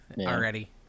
already